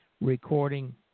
recording